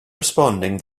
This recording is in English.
responding